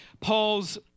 Paul's